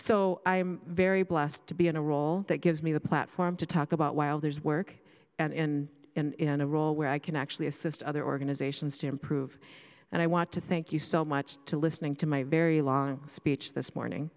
so i'm very blessed to be in a role that gives me the platform to talk about while there's work and in a role where i can actually assist other organizations to improve and i want to thank you so much to listening to my very long speech this morning